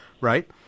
right